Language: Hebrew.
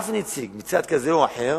אף נציג מצד כזה או אחר,